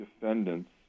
defendants